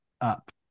up